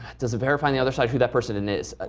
does it verify on the other side who that person and is? ah